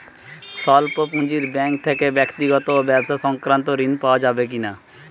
স্বল্প পুঁজির ব্যাঙ্ক থেকে ব্যক্তিগত ও ব্যবসা সংক্রান্ত ঋণ পাওয়া যাবে কিনা?